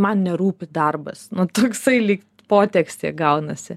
man nerūpi darbas nu toksai lyg potekstė gaunasi